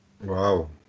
Wow